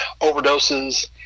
overdoses